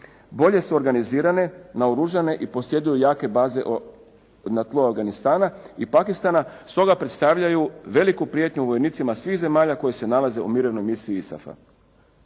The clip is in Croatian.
bolje su organizirane, naoružane i posjeduju jake baze na tlo Afganistana i Pakistana, stoga predstavljaju veliku prijetnju vojnicima svih zemalja koji se nalaze u Mirovnoj misiji ISAF-a.